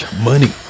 money